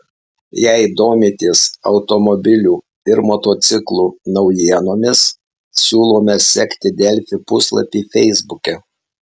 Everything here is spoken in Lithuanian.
jei domitės automobilių ir motociklų naujienomis siūlome sekti delfi puslapį feisbuke